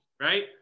Right